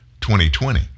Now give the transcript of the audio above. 2020